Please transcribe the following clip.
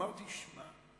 אמרתי: תשמע,